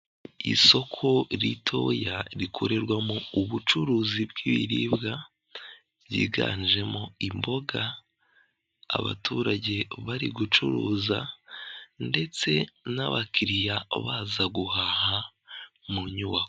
Isoko ritoya rikorerwamo ubucuruzi bw'ibiribwa ryiganjemo imboga, abaturage bari gucuruza ndetse n'abakiriya baza guhaha mu nyubako.